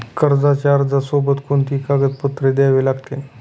कर्जाच्या अर्जासोबत कोणती कागदपत्रे द्यावी लागतील?